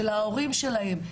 של ההורים שלהם,